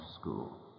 school